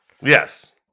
Yes